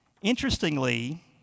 Interestingly